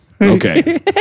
Okay